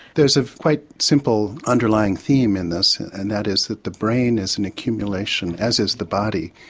there's a quite simple underlying theme in this and that is that the brain is an accumulation, as is the body,